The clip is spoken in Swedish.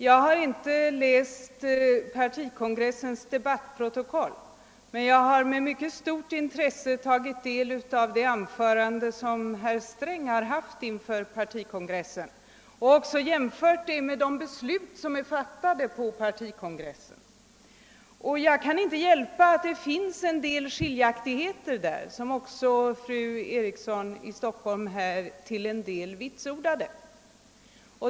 Jag har inte läst partikongressens debattprotokoll, men jag har med mycket stort intresse tagit del av det anförande som herr Sträng höll inför partikongressen och jämfört det med de beslut som fattades på partikongressen. Jag kan inte hjälpa att jag måste vidhålla att det finns en del skiljaktigheter, vilket också fru Eriksson i Stockholm till en del vitsordade.